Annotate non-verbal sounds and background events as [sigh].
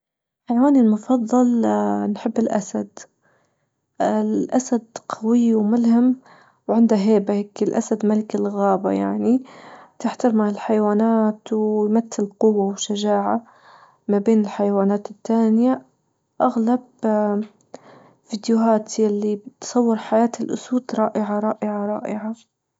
حيوانى المفضل [hesitation] نحب الأسد، [hesitation] الأسد قوي وملهم وعنده هيبة هيك الأسد ملك الغابة يعني، تحتار مع الحيوانات ويمثل قوة وشجاعة ما بين الحيوانات التانية، أغلب فيديوهات يلي بتصور حياة الأسود رائعة-رائعة-رائعة.